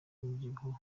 umubyibuho